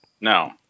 No